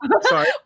Sorry